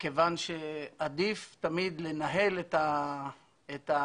כיוון שעדיף תמיד לנהל את המשבר